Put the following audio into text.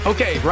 Okay